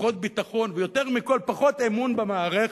פחות ביטחון, ויותר מכול, פחות אמון במערכת,